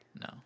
no